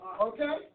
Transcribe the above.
Okay